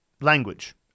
language